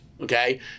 Okay